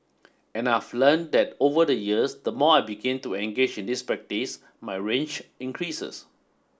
and I've learnt that over the years the more I begin to engage in this practice my range increases